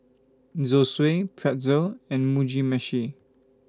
Zosui Pretzel and Mugi Meshi